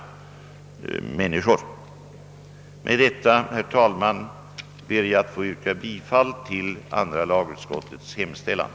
Med detta, herr talman, ber jag att få yrka bifall till andra lagutskottets hemställan.